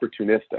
opportunistic